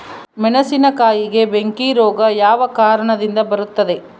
ಮೆಣಸಿನಕಾಯಿಗೆ ಬೆಂಕಿ ರೋಗ ಯಾವ ಕಾರಣದಿಂದ ಬರುತ್ತದೆ?